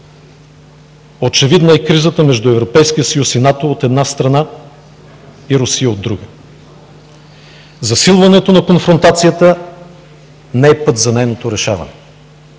Очевидна е кризата между Европейския съюз и НАТО, от една страна, и Русия, от друга. Засилването на конфронтацията не е път за нейното решаване.